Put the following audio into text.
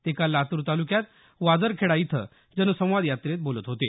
ते काल लातूर तालुक्यात वाजरखेडा इथं जनसंवाद यात्रेत ते बोलत होते